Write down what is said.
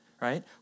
right